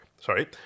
Sorry